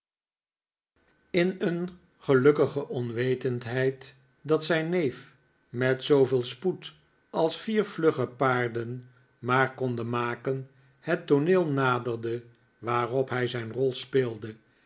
in een gelukkige onwetendheid dat zijn neef met zooveel spoed als vier vlugge paarden maar konden maken het tooneel naderde waarop hij zijn rol speelde